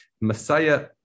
Messiah